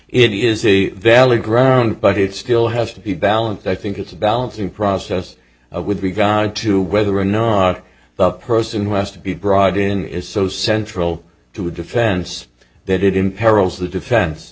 it is a valid ground but it still has to be balanced i think it's a balancing process with regard to whether or not the person who has to be brought in is so central to the defense that it imperils the defen